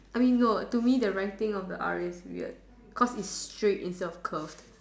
I mean now to me the writing of R is weird cause it's straight instead of curve